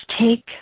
take